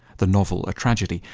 the novel, a tragedy,